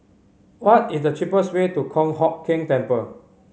what is the cheapest way to Kong Hock Keng Temple